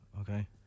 okay